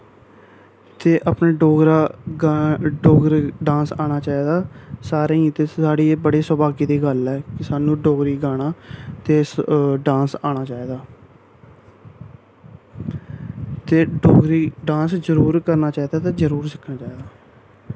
ते अपने डोगरा गा डोगरी डांस आना चाहिदा सारें गी ते साढ़ी एह् बड़ी सौभाग्य दी गल्ल ऐ कि सानू डोगरी गाना ते डांस आना चाहिदा ते डोगरी डांस जरूर करना चाहिदा ते जरूर सिक्खना चाहिदा